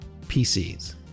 PCs